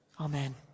Amen